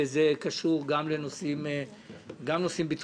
וזה קשור גם בנושאים ביטחוניים,